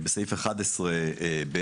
בסעיף 11 (ב),